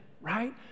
right